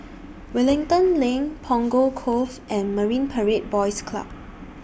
Wellington LINK Punggol Cove and Marine Parade Boys Club